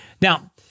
Now